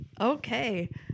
Okay